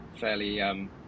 fairly